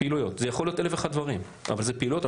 זה יכול להיות אלף ואחת דברים אבל אלה פעילויות.